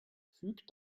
füg